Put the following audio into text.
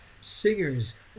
singers